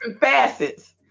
facets